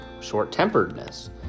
short-temperedness